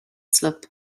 slip